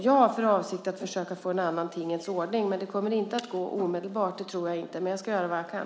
Jag har för avsikt att försöka få till stånd en annan tingens ordning, men det kommer inte att kunna ske omedelbart. Men jag ska göra vad jag kan.